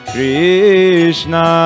Krishna